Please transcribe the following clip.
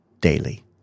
daily